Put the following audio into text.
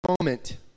moment